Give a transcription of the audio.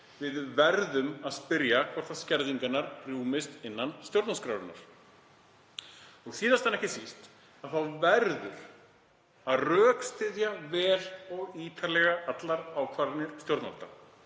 Við verðum að spyrja hvort skerðingarnar rúmist innan stjórnarskrárinnar. Og síðast en ekki síst verður að rökstyðja vel og ítarlega allar ákvarðanir stjórnvalda.